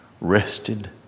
rested